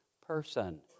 person